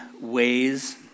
ways